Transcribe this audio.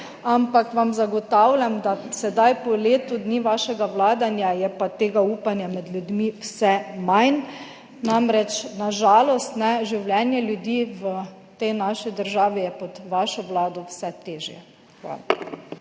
Ampak vam zagotavljam, da je pa sedaj, po letu dni vašega vladanja tega upanja med ljudmi vse manj. Namreč, na žalost je življenje ljudi v tej naši državi pod vašo vlado vse težje. Hvala.